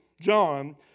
John